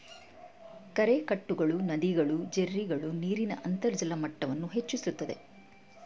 ಕೆರೆಕಟ್ಟೆಗಳು, ನದಿಗಳು, ಜೆರ್ರಿಗಳು ನೀರಿನ ಅಂತರ್ಜಲ ಮಟ್ಟವನ್ನು ಹೆಚ್ಚಿಸುತ್ತದೆ